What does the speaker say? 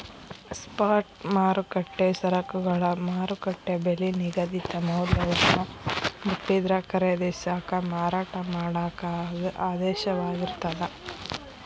spot ಮಾರುಕಟ್ಟೆ ಸರಕುಗಳ ಮಾರುಕಟ್ಟೆ ಬೆಲಿ ನಿಗದಿತ ಮೌಲ್ಯವನ್ನ ಮುಟ್ಟಿದ್ರ ಖರೇದಿಸಾಕ ಮಾರಾಟ ಮಾಡಾಕ ಆದೇಶವಾಗಿರ್ತದ